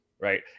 right